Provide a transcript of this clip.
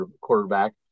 quarterback